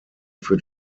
für